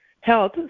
health